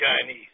Chinese